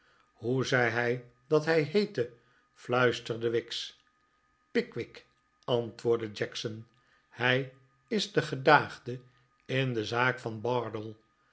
hoe zei hij dat hij heette fluisterde wicks pickwick antwoordde jackson hij is de gedaagde in de zaak van bardell